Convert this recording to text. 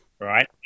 right